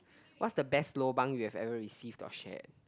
what's the best lobang you have ever received to share